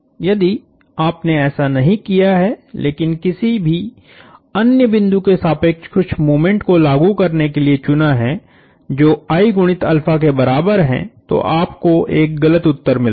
यदि आपने ऐसा नहीं किया है लेकिन किसी अन्य बिंदु के सापेक्ष कुछ मोमेंट्स को लागू करने के लिए चुना है जो I गुणितके बराबर है तो आपको एक गलत उत्तर मिलता है